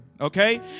Okay